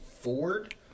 ford